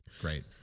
Great